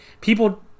people